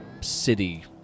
city